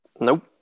Nope